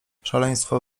szaleństwo